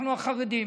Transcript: אנחנו החרדים